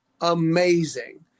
amazing